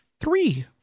three